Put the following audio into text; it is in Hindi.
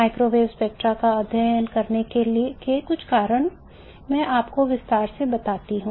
माइक्रोवेव स्पेक्ट्रा का अध्ययन करने के कुछ कारण मैं आपको विस्तार से बताता हूँ